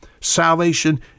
Salvation